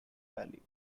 valley